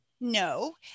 no